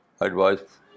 advice